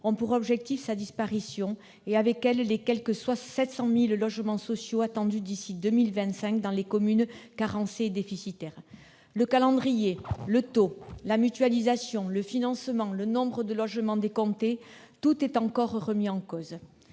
ont pour objectif la disparition de l'article 55 de la loi SRU et, donc, des quelque 700 000 logements sociaux attendus d'ici à 2025 dans les communes carencées et déficitaires. Le calendrier, le taux, la mutualisation, le financement, le nombre de logements décomptés : tout est encore remis en cause